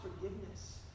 forgiveness